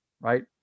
right